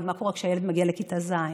ומה קורה כשהילד מגיע לכיתה ז',